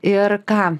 ir ką